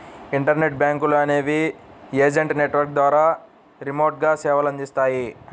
internet బ్యాంకులు అనేవి agent network ద్వారా రిమోట్గా సేవలనందిస్తాయి